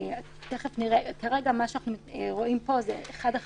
פה אולי משרד המשפטים יתאר בקצרה את התיקונים